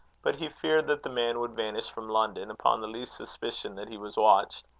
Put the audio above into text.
but he feared that the man would vanish from london, upon the least suspicion that he was watched.